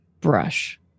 brush